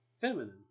feminine